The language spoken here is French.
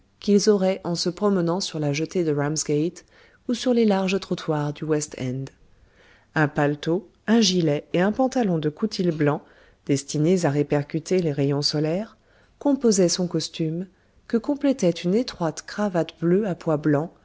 qu'ils auraient en se promenant sur la jetée de ramsgate ou sur les larges trottoirs du west end un paletot un gilet et un pantalon de coutil blanc destiné à répercuter les rayons solaires composaient son costume que complétaient une étroite cravate bleue à pois blancs